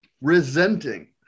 resenting